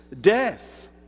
death